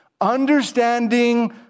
Understanding